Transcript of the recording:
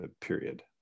period